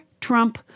Trump